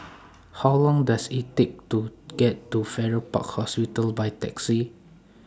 How Long Does IT Take to get to Farrer Park Hospital By Taxi